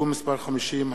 (תיקון מס' 50),